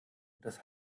das